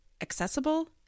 accessible